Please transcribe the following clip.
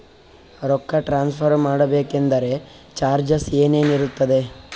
ರೊಕ್ಕ ಟ್ರಾನ್ಸ್ಫರ್ ಮಾಡಬೇಕೆಂದರೆ ಚಾರ್ಜಸ್ ಏನೇನಿರುತ್ತದೆ?